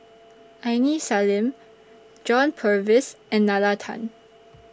Aini Salim John Purvis and Nalla Tan